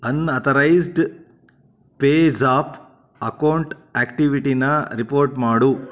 ಅನ್ಅತೊರೈಸ್ಡ್ PayZapp account ಆಕ್ಟಿವಿಟಿನ report ಮಾಡು